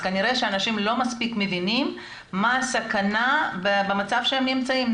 כנראה שאנשים לא מספיק מבינים מה הסכנה במצב שהם נמצאים בו,